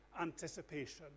anticipation